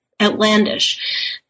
outlandish